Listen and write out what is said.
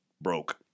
Broke